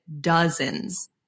dozens